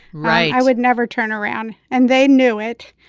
right. i would never turn around. and they knew it.